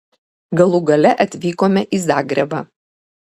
galų gale atvykome į zagrebą